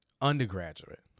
undergraduate